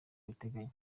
abiteganya